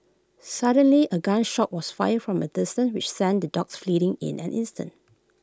suddenly A gun shot was fired from A distance which sent the dogs fleeting in an instant